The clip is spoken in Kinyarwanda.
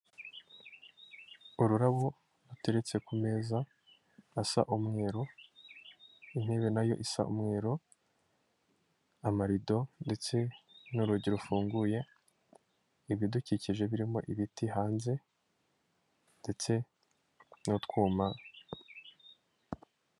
Ururabo ruteretse ku meza asa umweru, intebe na yo isa umweru, amarido ndetse n'urugi rufunguye, ibidukikije birimo ibiti hanze ndetse'utwuma...